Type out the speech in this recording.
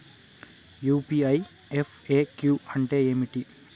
UPI FAQ అంటే ఏమిటి?